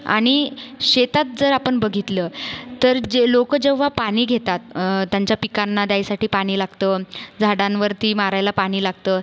आणि शेतात जर आपण बघितलं तर जे लोक जेव्हा पाणी घेतात त्यांच्या पिकांना द्यायसाठी पाणी लागतं झाडांवरती मारायला पाणी लागतं